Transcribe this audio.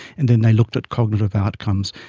and then they looked at cognitive outcomes,